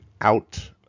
out